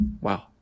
Wow